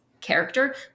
character